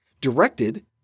directed